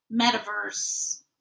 metaverse